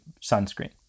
sunscreen